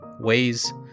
ways